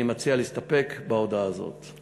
אני מציע להסתפק בהודעה הזאת.